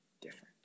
different